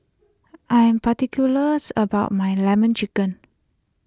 I am particular about my Lemon Chicken